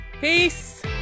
Peace